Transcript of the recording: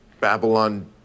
Babylon